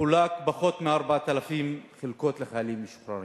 חולקו פחות מ-4,000 חלקות לחיילים משוחררים,